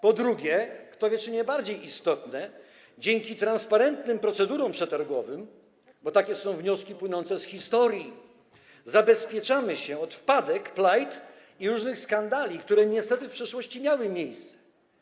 Po drugie - kto wie, czy nie bardziej istotne - dzięki transparentnym procedurom przetargowym, bo takie są wnioski płynące z historii, zabezpieczamy się przed wpadkami, plajtami i różnymi skandalami, które niestety w przeszłości miały miejsce.